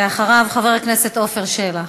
אחריו, חבר הכנסת עפר שלח.